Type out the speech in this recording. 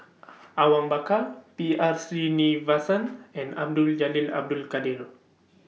Awang Bakar B R Sreenivasan and Abdul Jalil Abdul Kadir